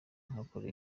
ngakora